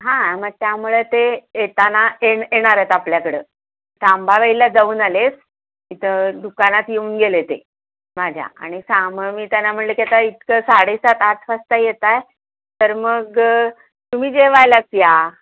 हां मग त्यामुळं ते येताना येण येणार आहेत आपल्याकडं तांबाबाईला जाऊन आलेच इथं दुकानात येऊन गेले ते माझ्या आणि सा मग मी त्यांना म्हणलं की आता इतकं साडे सात आठ वाजता येत आहे तर मग तुम्ही जेवायलाच या